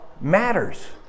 matters